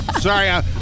Sorry